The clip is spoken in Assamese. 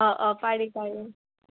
অঁ অঁ পাৰি পাৰি